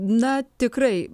na tikrai